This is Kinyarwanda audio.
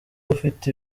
ufite